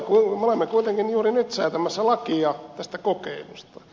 me olemme kuitenkin juuri nyt säätämässä lakia tästä kokeilusta